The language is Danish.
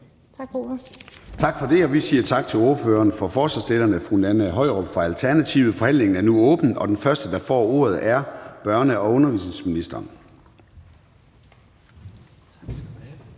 Tak for det. Vi siger tak til ordføreren for forslagsstillerne, fru Nanna Høyrup fra Alternativet. Forhandlingen er nu åbnet, og den første, der får ordet, er børne- og undervisningsministeren. Kl.